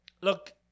Look